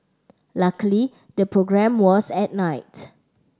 luckily the programme was at night